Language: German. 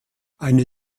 eine